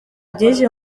byinshi